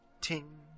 Ting